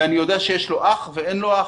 שיודעים שיש לילד הזה אח ואין לו פתרון.